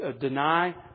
deny